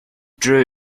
drew